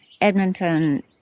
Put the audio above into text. Edmonton